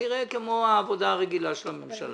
כנראה זה כמו העבודה הרגילה של הממשלה.